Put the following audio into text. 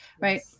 right